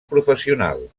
professional